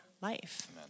life